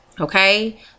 okay